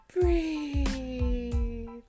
breathe